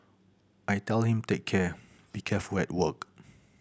I tell him take care be careful work